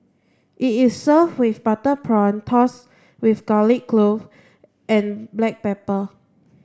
it is served with butter prawn tossed with garlic clove and black pepper